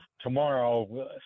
tomorrow